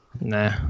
Nah